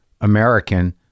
American